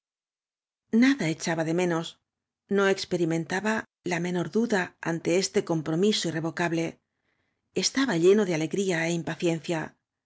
nada echaba de menos no experimentaba la menor duda ante este compromiso irrevocable estaba lleno de alegría